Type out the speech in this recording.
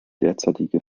derzeitige